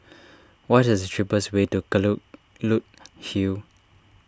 what is cheapest way to Kelulut Hill